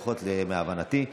לפחות בהבנתי.